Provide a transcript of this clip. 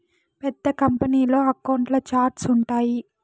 పెద్ద కంపెనీల్లో అకౌంట్ల ఛార్ట్స్ ఉంటాయి